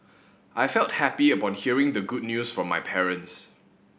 I felt happy upon hearing the good news from my parents